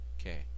Okay